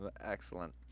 Excellent